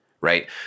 right